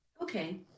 Okay